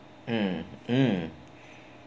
mm mm